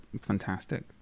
fantastic